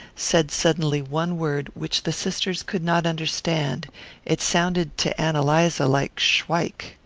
said suddenly one word which the sisters could not understand it sounded to ann eliza like shwike.